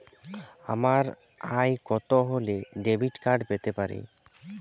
আমার আয় কত হলে ডেবিট কার্ড পেতে পারি?